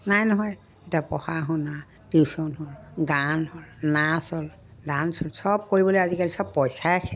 নাই নহয় এতিয়া পঢ়া শুনা টিউশন হ'ল গান হ'ল নাচ হ'ল ডান্স হ'ল চব কৰিবলে আজিকালি চব পইচাই খেল